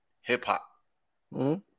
hip-hop